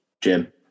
Jim